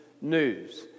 news